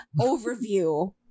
overview